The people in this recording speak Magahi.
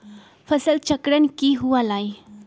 फसल चक्रण की हुआ लाई?